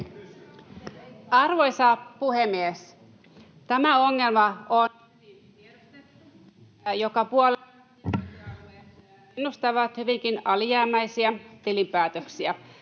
Arvoisa puhemies! Tämä ongelma on hyvin tiedostettu, ja joka puolella hyvinvointialueet ennustavat hyvinkin alijäämäisiä tilinpäätöksiä.